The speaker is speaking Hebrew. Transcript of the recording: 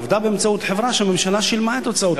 היא עבדה באמצעות חברה שהממשלה שילמה את הוצאותיה.